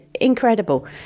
incredible